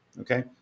okay